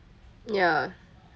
ya